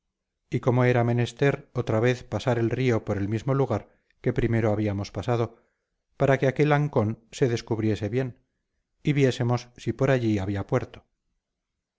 y cómo era menester otra vez pasar el río por el mismo lugar que primero habíamos pasado para que aquél ancón se descubriese bien y viésemos si por allí había puerto